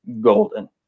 golden